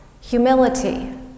humility